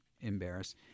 embarrass